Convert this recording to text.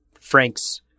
Frank's